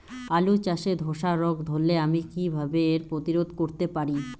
আলু চাষে ধসা রোগ ধরলে আমি কীভাবে এর প্রতিরোধ করতে পারি?